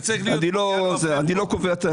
אני לא קובע את העיתוי.